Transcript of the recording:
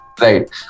Right